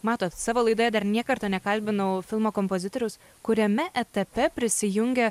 matot savo laidoje dar nė karto nekalbinau filmo kompozitoriaus kuriame etape prisijungia